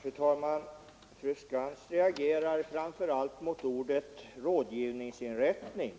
Fru talman! Fru Skantz reagerar framför allt mot ordet ”rådgivningsinrättning”,